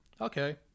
okay